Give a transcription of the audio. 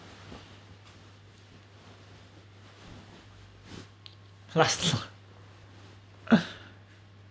plus